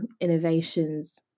innovations